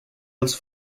els